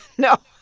no.